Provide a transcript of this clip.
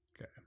Okay